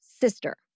sister